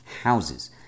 Houses